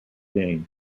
games